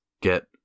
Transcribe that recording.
Get